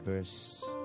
Verse